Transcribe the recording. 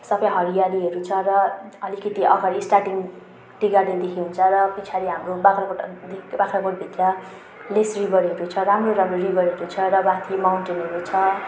सबै हरियालीहरू छ र अलिकति अगाडि स्टार्टिङ टी गार्डन देखिन्छ र पछाडी हाम्रो बाग्राकोट बाग्राकोट भित्र लेस रिभरहरू छ राम्रो राम्रो रिभरहरू छ बाख्री माउन्टेनहरू छ